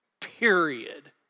Period